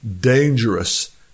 dangerous